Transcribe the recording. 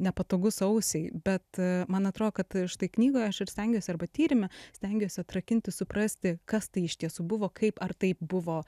nepatogus ausiai bet man atrodo kad štai knygoje aš ir stengiuosi arba tyrime stengiuosi atrakinti suprasti kas tai iš tiesų buvo kaip ar taip buvo